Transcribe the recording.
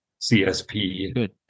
CSP